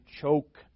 choke